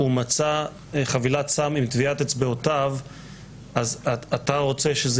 ומצאה חבילת סם עם טביעת אצבעותיו - אז אתה רוצה,